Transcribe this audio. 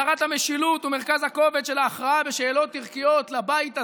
החזרת המשילות ומרכז הכובד של ההכרעה בשאלות ערכיות לבית הזה,